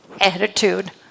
attitude